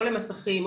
או למסכים,